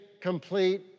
complete